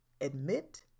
admit